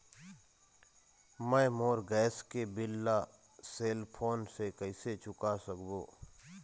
मैं मोर गैस के बिल ला सेल फोन से कइसे चुका सकबो?